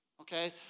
okay